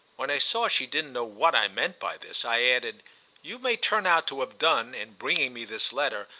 when i saw she didn't know what i meant by this i added you may turn out to have done, in bringing me this letter,